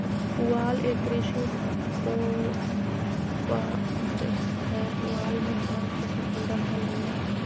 पुआल एक कृषि उपोत्पाद हय पुआल मे धान के सूखल डंठल होवो हय